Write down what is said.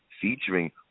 featuring